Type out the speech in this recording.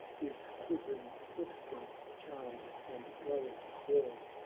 whose quivering footprints, charmed and glowing warm,